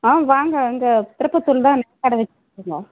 ஆ வாங்க இங்கே திருப்பத்தூரில் தான் நகைக்கட வச்சிருக்கோங்க